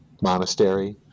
monastery